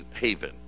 haven